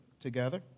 together